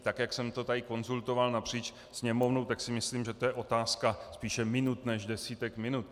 Tak jak jsem to tady konzultoval napříč Sněmovnou, tak si myslím, že to je otázka spíše minut než desítek minut.